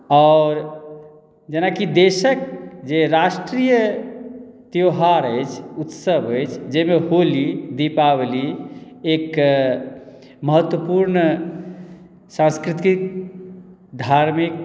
आओर जेनाकि देशक जे राष्ट्रिय त्यौहार अछि उत्सव अछि जाहिमे होली दीपावली एक महत्वपुर्ण सांस्कृतिक धार्मिक